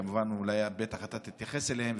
ובטח אתה תתייחס אליהן,